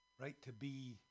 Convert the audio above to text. Right-to-be